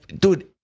Dude